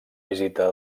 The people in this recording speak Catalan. visita